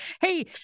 Hey